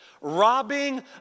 robbing